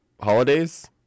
holidays